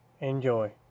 Enjoy